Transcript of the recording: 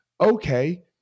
Okay